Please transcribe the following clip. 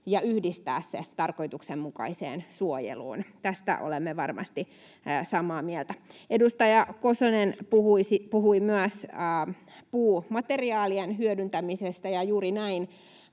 ja yhdistää se tarkoituksenmukaiseen suojeluun. Tästä olemme varmasti samaa mieltä. Edustaja Kosonen puhui myös puumateriaalien hyödyntämisestä, ja juuri näin,